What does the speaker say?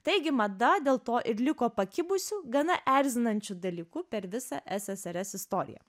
taigi mada dėl to ir liko pakibusiu gana erzinančiu dalyku per visą ssrs istoriją